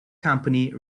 company